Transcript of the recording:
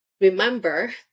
Remember